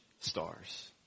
stars